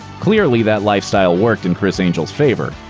clearly that lifestyle worked in criss angel's favor.